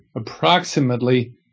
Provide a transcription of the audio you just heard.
approximately